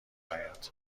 حیاط